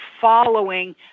following